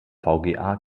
vga